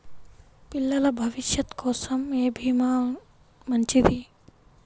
పిల్లల భవిష్యత్ కోసం ఏ భీమా మంచిది?